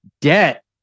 Debt